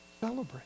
celebrate